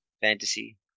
Fantasy